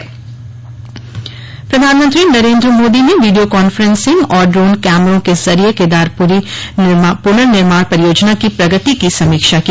संतोष प्रधानमंत्री नरेंद्र मोदी ने video conferencing और ड्रोन कैमरों के जरिए केदारपुरी पुनर्निर्माण परियोजना की प्रगति की समीक्षा की